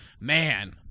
man